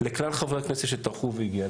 לכלל חברי הכנסת שטרחו והגיעו,